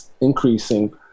increasing